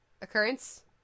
occurrence